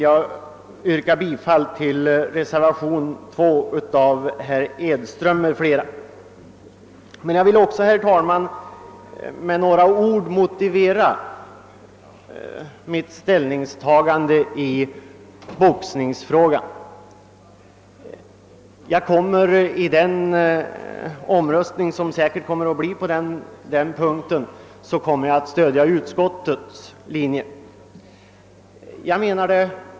Jag vill också, herr talman, med några ord motivera mitt ställningstagande i boxningsfrågan. Jag kommer vid den omröstning som säkert kommer att företas på den punkten att följa utskottets linje.